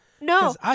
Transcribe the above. No